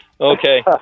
Okay